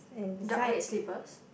dark red slippers